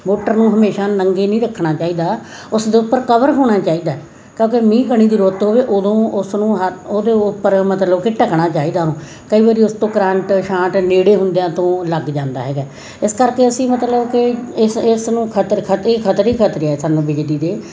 motor ਨੂੰ ਹਮੇਸ਼ਾ ਨੰਗੀ ਨਹੀਂ ਰੱਖਣਾ ਚਾਹੀਦਾ ਉਸ ਦੇ ਉੱਪਰ ਕਵਰ ਹੋਣਾ ਚਾਹੀਦਾ ਕਿਉਂਕਿ ਮੀਂਹ ਕਣੀ ਦੀ ਰੁੱਤ ਹੋਵੇ ਉਦੋਂ ਉਸ ਨੂੰ ਹੱ ਉਹਦੇ ਉੱਪਰ ਮਤਲਬ ਕਿ ਢੱਕਣਾ ਚਾਹੀਦਾ ਉਹਨੂੰ ਕਈ ਵਾਰੀ ਉਸ ਤੋਂ ਕਰੰਟ ਸ਼ਾਂਟ ਨੇੜੇ ਹੁੰਦਿਆਂ ਤੋਂ ਲੱਗ ਜਾਂਦਾ ਹੈਗਾ ਇਸ ਕਰਕੇ ਅਸੀਂ ਮਤਲਬ ਕਿ ਇਸ ਇਸ ਨੂੰ ਖ਼ਤਰੇ ਖਟੀ ਖ਼ਤਰੇ ਹੀ ਖ਼ਤਰੇ ਹੈ ਸਾਨੂੰ ਬਿਜਲੀ ਦੇ